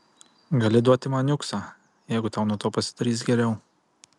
gali duoti man niuksą jeigu tau nuo to pasidarys geriau